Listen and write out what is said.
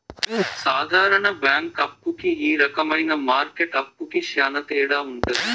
సాధారణ బ్యాంక్ అప్పు కి ఈ రకమైన మార్కెట్ అప్పుకి శ్యాన తేడా ఉంటది